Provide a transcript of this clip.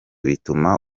bituma